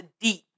deep